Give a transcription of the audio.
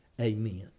Amen